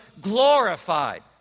glorified